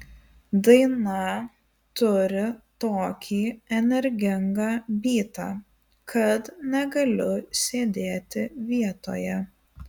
daina turi tokį energingą bytą kad negaliu sėdėti vietoje